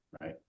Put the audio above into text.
right